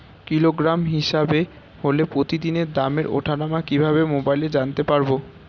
Kilogram হিসাবে হলে প্রতিদিনের দামের ওঠানামা কিভাবে মোবাইলে জানতে পারবো?